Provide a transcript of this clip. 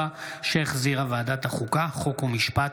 2024, שהחזירה ועדת החוקה, חוק ומשפט.